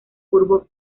curvo